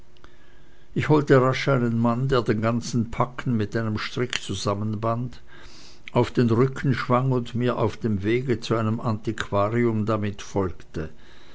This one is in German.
ich holte rasch einen mann der den ganzen pack mit einem stricke zusammenband auf den rücken schwang und mir auf dem wege zu einem antiquarius damit folgte